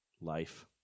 life